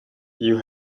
you